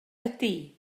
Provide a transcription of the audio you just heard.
ydy